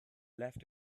left